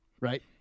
Right